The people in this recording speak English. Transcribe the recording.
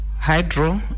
hydro